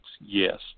Yes